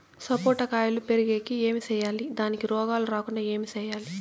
సపోట కాయలు పెరిగేకి ఏమి సేయాలి దానికి రోగాలు రాకుండా ఏమి సేయాలి?